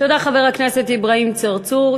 תודה, חבר הכנסת אברהים צרצור.